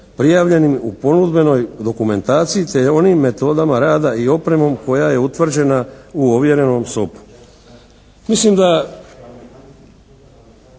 prijavljenim u ponudbenoj dokumentaciji te onim metodama rada i opremom koja je utvrđena u ovjerenom SOK-u.